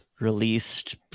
released